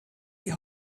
die